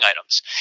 items